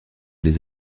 les